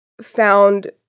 found